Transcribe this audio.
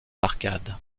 arcades